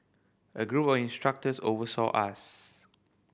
a group of instructors oversaw us